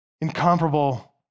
incomparable